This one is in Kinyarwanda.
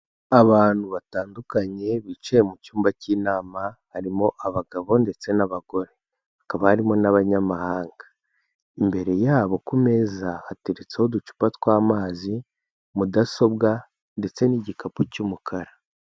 Abantu batandukanye bicaye mu cyumba cy'inama, harimo abagabo ndetse n'abagore. Hakaba harimo n'abanyamahanga. Imbere yabo ku meza hateretseho uducupa tw'amazi, mudasobwa ndetse n'igikapu cy'umukara.